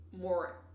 more